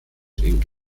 inc